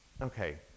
okay